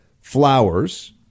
Flowers